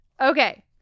Okay